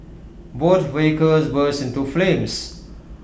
both vehicles burst into flames